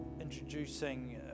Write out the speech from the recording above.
introducing